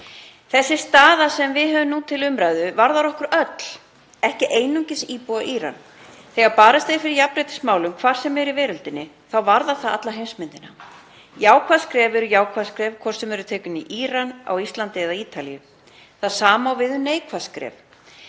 Sú staða sem við höfum nú til umræðu varðar okkur öll, ekki einungis íbúa Írans. Þegar barist er fyrir jafnréttismálum hvar sem er í veröldinni þá varðar það alla heimsmyndina. Jákvæð skref eru jákvæð skref, hvort sem þau eru tekin í Íran, á Íslandi eða á Ítalíu. Það sama á við um neikvæð skref